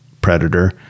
predator